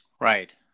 Right